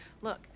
Look